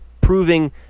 proving